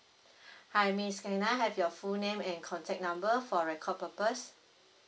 hi miss can I have your full name and contact number for record purpose